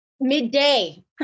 midday